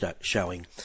showing